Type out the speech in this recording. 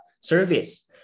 service